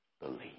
believe